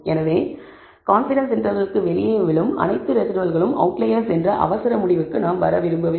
எனவே கான்பிடன்ஸ் இன்டர்வெல்லுக்கு வெளியே விழும் அனைத்து ரெஸிடுவல்களும் அவுட்லயர்ஸ் என்ற அவசர முடிவுக்கு நாம் வர விரும்பவில்லை